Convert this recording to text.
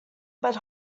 but